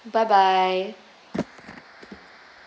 bye bye